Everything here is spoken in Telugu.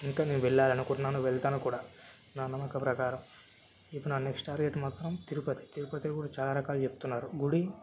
ఇంకా నేను వెళ్ళాలనుకుంటున్నాను వెళ్తాను కూడా నా నమ్మకం ప్రకారం ఇప్పుడు నా నెక్స్ట్ టార్గెట్ మాత్రం తిరుపతి తిరుపతి కూడా చాలా రకాలు చెప్తున్నారు గుడి